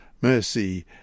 mercy